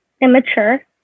immature